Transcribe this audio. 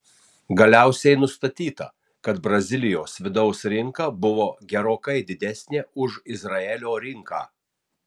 galiausiai nustatyta kad brazilijos vidaus rinka buvo gerokai didesnė už izraelio rinką